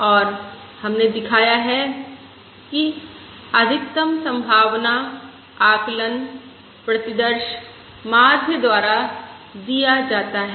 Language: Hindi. और हमने दिखाया है कि अधिकतम संभावना आकलन प्रतिदर्श माध्य द्वारा दिया जाता है